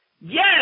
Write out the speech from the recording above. Yes